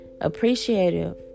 appreciative